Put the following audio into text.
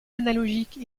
analogiques